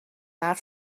that